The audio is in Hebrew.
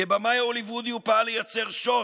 כבמאי הוליוודי הוא פעל לייצר שוט,